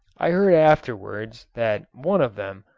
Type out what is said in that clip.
i heard afterwards, that one of them,